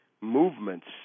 movements